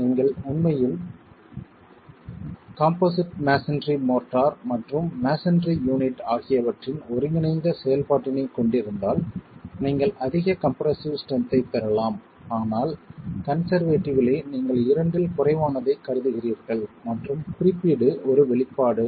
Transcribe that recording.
நீங்கள் உண்மையில் composite masonry mortar மற்றும் மஸோன்றி யூனிட் ஆகியவற்றின் ஒருங்கிணைந்த செயல்பாட்டினைக் கொண்டிருந்தால் நீங்கள் அதிக கம்ப்ரசிவ் ஸ்ட்ரென்த் ஐப் பெறலாம் ஆனால் கன்சர்வேட்டிவ்லி நீங்கள் இரண்டில் குறைவானதைக் கருதுகிறீர்கள் மற்றும் குறியீடு ஒரு வெளிப்பாடு